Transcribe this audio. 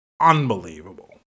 unbelievable